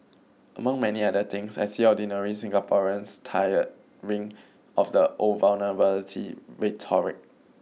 among many other things I see ordinary Singaporeans tiring of the old vulnerability rhetoric